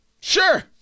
sure